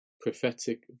prophetic